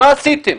מה עשיתם?